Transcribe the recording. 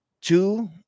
Two